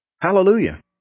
Hallelujah